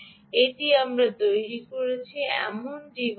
এটি আমরা তৈরি করেছি এমন ডিভাইস